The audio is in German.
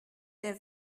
der